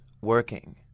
working